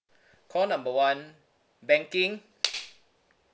call number one banking